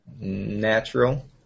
Natural